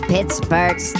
Pittsburgh